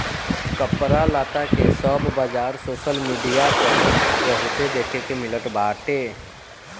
कपड़ा लत्ता के सब बाजार सोशल मीडिया पअ बहुते देखे के मिलत बाटे